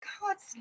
God's